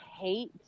hate